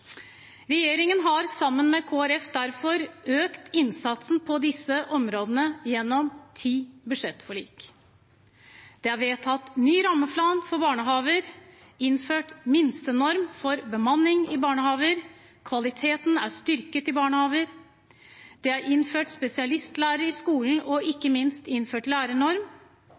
Regjeringen har, sammen med Kristelig Folkeparti, derfor økt innsatsen på disse områdene gjennom ti budsjettforlik. Det er vedtatt en ny rammeplan for barnehager, det er innført en minstenorm for bemanning i barnehager, kvaliteten er styrket i barnehager, det er innført spesialistlærer i skolen, og ikke minst er det innført en lærernorm,